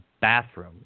bathroom